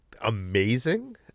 amazing